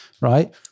right